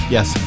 Yes